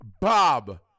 Bob